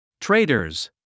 Traders